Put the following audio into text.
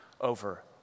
over